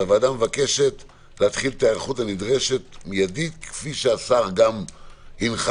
והוועדה מבקשת להתחיל את ההיערכות הנדרשת מיידית כפי שהשר גם הנחה